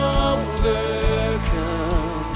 overcome